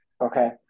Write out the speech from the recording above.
okay